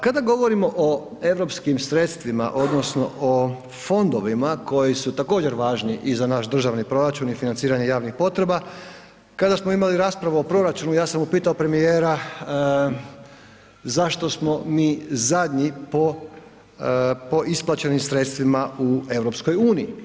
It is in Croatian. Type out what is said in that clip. Kada govorimo o europskim sredstvima odnosno o fondovima koji su također važni i za naš državni proračun i financiranje javnih potreba, kada smo imali raspravu o proračunu ja sam upito premijera zašto smo mi zadnji po isplaćenim sredstvima u EU.